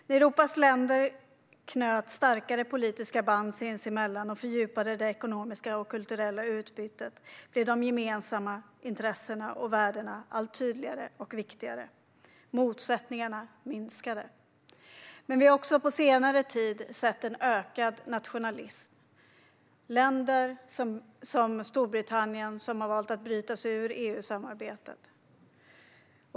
När Europas länder knöt starkare politiska band sinsemellan och fördjupade det ekonomiska och kulturella utbytet blev de gemensamma intressena och värdena allt tydligare och viktigare. Motsättningarna minskade. Men vi har också på senare tid sett en ökad nationalism i länder som Storbritannien, som har valt att bryta sig ur EU-samarbetet.